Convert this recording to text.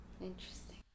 interesting